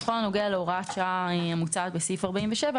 בכל הנוגע להוראת השעה המוצעת בסעיף 47,